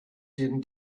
din